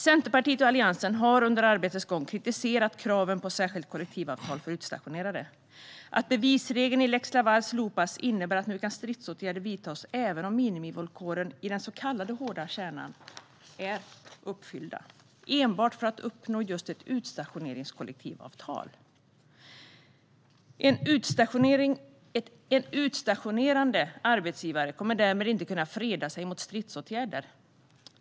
Centerpartiet och Alliansen har under arbetets gång kritiserat kraven på särskilt kollektivavtal för utstationerade. Att bevisregeln i lex Laval slopas innebär att stridsåtgärder nu kan vidtas även om minimivillkoren i den så kallade hårda kärnan är uppfyllda, enbart för att uppnå just ett utstationeringskollektivavtal. En utstationerande arbetsgivare kommer därmed inte att kunna freda sig mot stridsåtgärder.